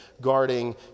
guarding